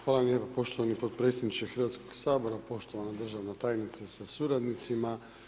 Hvala lijepa poštovani potpredsjedniče Hrvatskoga sabora, poštovana državna tajnice sa suradnicima.